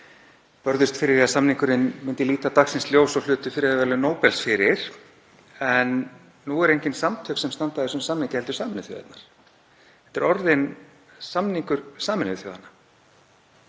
börðust fyrir því að samningurinn myndi líta dagsins ljós og hlutu friðarverðlaun Nóbels fyrir. En nú eru það engin samtök sem standa að þessum samningi heldur Sameinuðu þjóðirnar. Þetta er orðinn samningur Sameinuðu þjóðanna